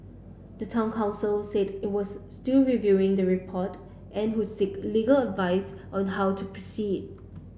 the town council said it was still reviewing the report and would seek legal advice on how to proceed